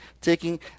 taking